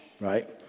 right